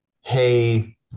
hey